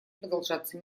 продолжаться